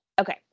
Okay